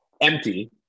empty